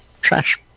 trash